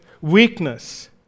weakness